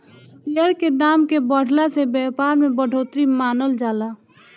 share के दाम के बढ़ला से व्यापार में बढ़ोतरी मानल जाला